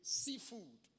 seafood